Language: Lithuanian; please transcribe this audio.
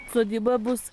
sodyba bus